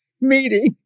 meeting